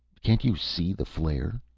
can't you see the flare?